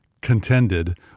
contended